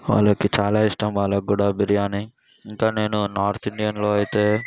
వాళ్ళకి చాలా ఇష్టం వాళ్ళకు కూడా బిర్యానీ ఇంకా నేను నార్త్ ఇండియన్లో అయితే